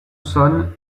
sonne